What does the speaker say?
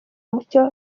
mucyo